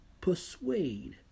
persuade